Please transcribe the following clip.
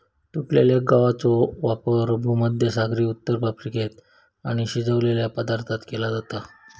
तुटलेल्या गवाचो वापर भुमध्यसागरी उत्तर अफ्रिकेत आणि शिजवलेल्या पदार्थांत केलो जाता